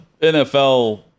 NFL